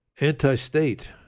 anti-state